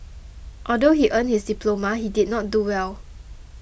although he earned his diploma he did not do well